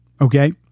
Okay